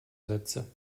sätze